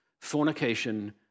Fornication